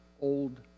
old